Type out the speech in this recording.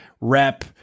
rep